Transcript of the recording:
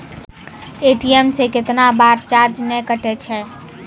ATM से कैतना बार चार्ज नैय कटै छै?